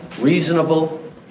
reasonable